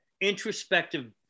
introspective